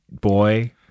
boy